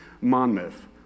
Monmouth